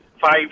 five